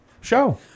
show